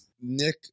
nick